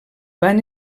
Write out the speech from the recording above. van